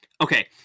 okay